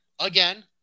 Again